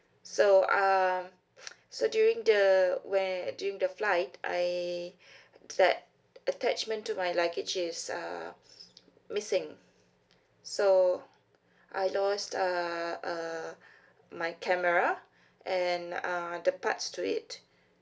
so uh so during the where during the flight I that attachment to my luggage is uh missing so I lost uh uh my camera and uh the parts to it